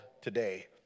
today